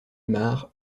mar